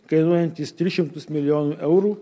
kainuojantys tris šimtus milijonų eurų